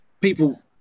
people